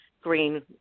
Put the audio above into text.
green